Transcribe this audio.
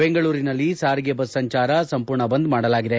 ಬೆಂಗಳೂರಿನಲ್ಲಿ ಸಾರಿಗೆ ಬಸ್ ಸಂಚಾರ ಸಂಪೂರ್ಣ ಬಂದ್ ಮಾಡಲಾಗಿದೆ